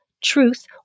truth